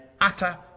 utter